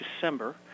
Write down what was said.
December